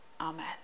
Amen